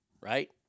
Right